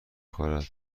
خورد